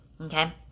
okay